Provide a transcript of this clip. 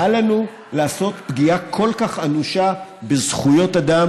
אל לנו לעשות פגיעה כל כך אנושה בזכויות אדם.